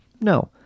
No